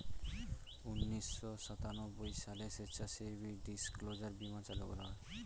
উনিশশো সাতানব্বই সালে স্বেচ্ছাসেবী ডিসক্লোজার বীমা চালু করা হয়